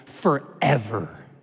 forever